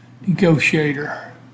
Negotiator